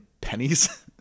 pennies